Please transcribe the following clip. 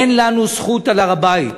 אין לנו זכות על הר-הבית.